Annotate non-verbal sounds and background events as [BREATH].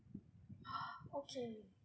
[BREATH] okay